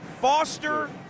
Foster